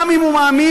גם אם הוא מאמין,